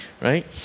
right